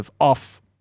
off